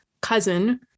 cousin